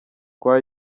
kwa